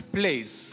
place